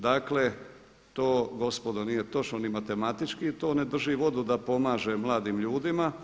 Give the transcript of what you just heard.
Dakle, to gospodo nije točno ni matematički to ne drži vodu da pomaže mladim ljudima.